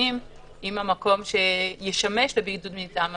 והסכמים עם המקום שישמש לבידוד מטעם המדינה.